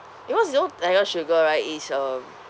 because you know tiger sugar right is um